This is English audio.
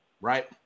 right